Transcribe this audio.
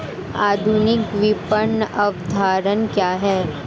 आधुनिक विपणन अवधारणा क्या है?